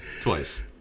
Twice